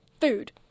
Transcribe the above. food